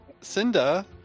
Cinda